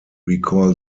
recall